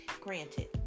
Granted